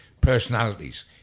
personalities